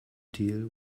deal